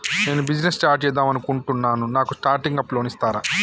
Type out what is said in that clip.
నేను business start చేద్దామనుకుంటున్నాను నాకు స్టార్టింగ్ అప్ లోన్ ఇస్తారా?